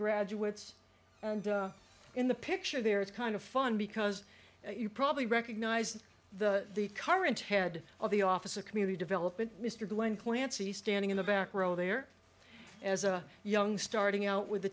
graduates and in the picture there it's kind of fun because you probably recognize the the current head of the office of community development mr glenn clancy standing in the back row there as a young starting out with the